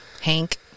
Hank